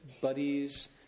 buddies